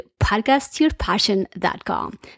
podcastyourpassion.com